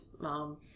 mom